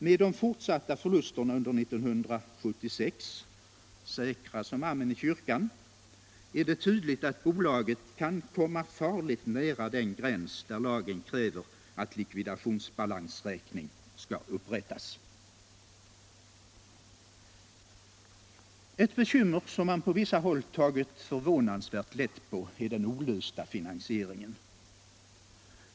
Med de fortsatta förlusterna under 1976 — säkra som amen i kyrkan — är det tydligt att bolaget kan komma farligt nära den gräns, där lagen kräver att likvidationsbalansräkning skall upprättas. Ett bekymmer, som man på vissa håll har tagit förvånansvärt lätt på, är den olösta finansieringen.